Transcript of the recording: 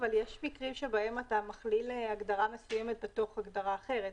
יש מקרים שבהם אתה מכליל הגדרה מסוימת בתוך הגדרה אחרת.